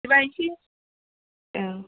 बिदिबा एसे औ